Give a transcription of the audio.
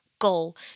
goal